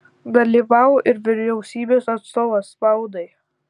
dalyvavo ir vyriausybės atstovas spaudai